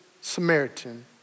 Samaritan